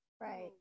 Right